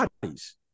bodies